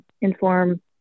inform